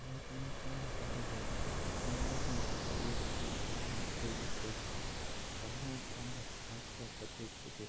বর্তমান সময়ে দেখা যায় সমাজমাধ্যমে সকল ব্যক্তি নিজের ছবি পোস্ট করে থাকেন সাধারণত আমরা হোয়াটসঅ্যাপ বা ফেসবুকে